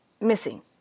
missing